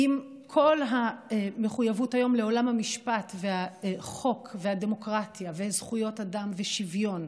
עם כל המחויבות היום לעולם המשפט והחוק והדמוקרטיה וזכויות אדם ושוויון,